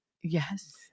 Yes